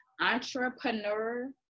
entrepreneur